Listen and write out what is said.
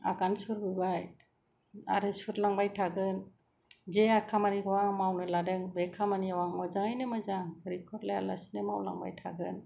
आगान सुरबोबाय आरो सुरलांबाय थागो न जे खामानिखौ आं मावनो लादों बे खामानियाव आं मोजांङै मोजां रेकर्ड लायालासिनो मावलांबाय थागोन